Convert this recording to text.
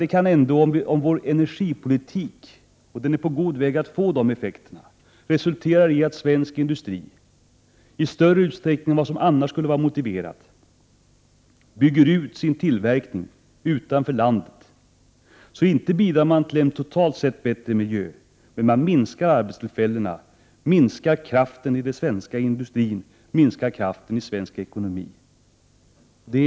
En energipolitik, som är på väg att få sådana effekter — som resulterar i att svensk industri, i större utsträckning än vad som annars skulle vara motiverat, bygger ut sin tillverkning utanför landet — bidrar inte till en totalt sett bättre miljö, men man minskar arbetstillfällena, minskar kraften i den svenska industrin, och minskar kraften i den svenska ekonomin.